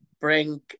bring